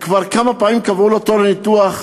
וכבר כמה פעמים קבעו לו תור לניתוח.